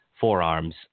forearms